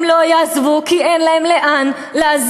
הם לא יעזבו, כי אין להם לאן לעזוב.